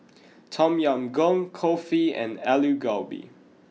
Tom Yam Goong Kulfi and Alu Gobi